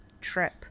trip